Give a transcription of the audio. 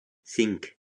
cinc